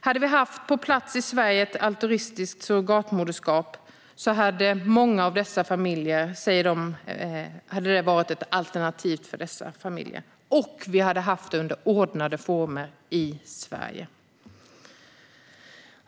Om vi hade haft ett altruistiskt surrogatmoderskap på plats i Sverige hade det varit ett alternativ för många av dessa familjer, säger de själva. Vi hade dessutom haft detta under ordnade former i Sverige.